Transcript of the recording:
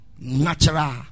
natural